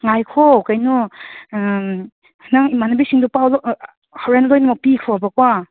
ꯉꯥꯏꯈꯣ ꯀꯩꯅꯣ ꯅꯪ ꯏꯃꯥꯟꯅꯕꯤꯁꯤꯡꯗꯣ ꯄꯥꯎ ꯍꯣꯔꯦꯟ ꯂꯣꯏꯅꯃꯛ ꯄꯤꯈ꯭ꯔꯣꯕꯀꯣ